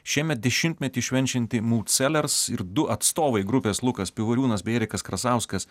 šiemet dešimtmetį švenčianti mūd selers ir du atstovai grupės lukas pivoriūnas bei erikas krasauskas